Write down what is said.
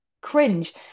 cringe